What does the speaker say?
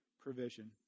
provision